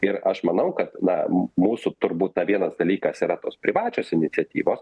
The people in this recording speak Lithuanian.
ir aš manau kad na m mūsų turbūt ta vienas dalykas yra tos privačios iniciatyvos